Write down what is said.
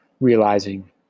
realizing